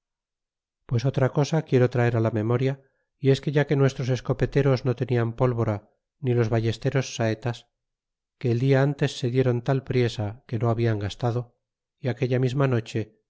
pues otra cosa quiero traer á la memoria y es que ya que nuestros escopeteros no tenian pólvora ni los ballesteros saetas que el dia antes se dieron tal priesa que lo habian gastado y aquella misma noche